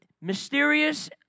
mysterious